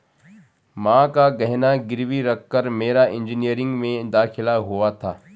मां का गहना गिरवी रखकर मेरा इंजीनियरिंग में दाखिला हुआ था